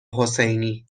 حسینی